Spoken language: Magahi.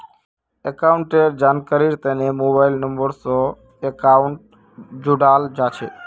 अकाउंटेर जानकारीर तने मोबाइल नम्बर स अकाउंटक जोडाल जा छेक